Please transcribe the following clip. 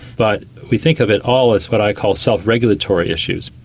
but we think of it all as what i call self-regulatory issues.